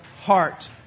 heart